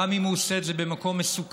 גם אם הוא עושה את זה במקום מסוכן.